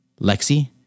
Lexi